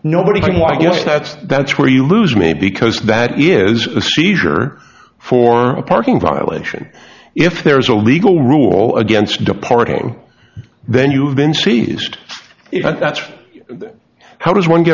nobody can why i guess that's that's where you lose me because that is a seizure for a parking violation if there is a legal rule against departing then you have been seized that's how does one get